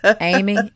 Amy